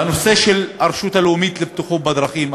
והנושא של הרשות הלאומית לבטיחות בדרכים,